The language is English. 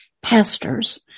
pastors